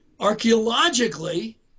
Archaeologically